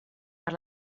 per